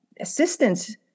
assistance